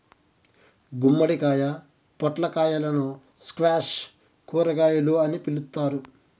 గుమ్మడికాయ, పొట్లకాయలను స్క్వాష్ కూరగాయలు అని పిలుత్తారు